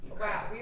Wow